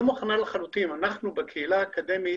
אנחנו בקהילה האקדמית